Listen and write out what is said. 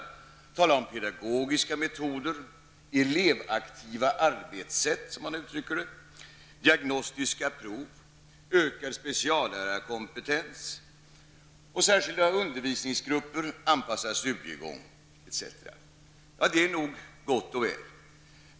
Han talar om pedagogiska metoder -- elevaktiva arbetssätt, som han uttrycker det -- diagnostiska prov, ökad speciallärarkompetens, särskilda undervisningsgrupper, anpassad studiegång, etc. Det är nog gott och väl.